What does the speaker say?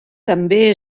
també